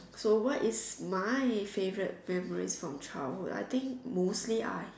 so what is my favorite memories from childhood I think mostly I